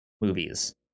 Movies